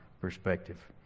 perspective